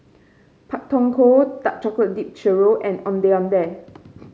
Pak Thong Ko Dark Chocolate Dipped Churro and Ondeh Ondeh